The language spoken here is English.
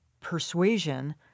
persuasion